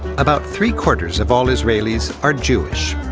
about three quarters of all israelis are jewish.